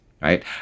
Right